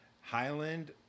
Highland